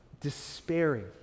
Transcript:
despairing